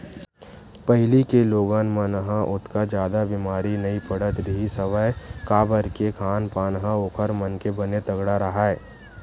पहिली के लोगन मन ह ओतका जादा बेमारी नइ पड़त रिहिस हवय काबर के खान पान ह ओखर मन के बने तगड़ा राहय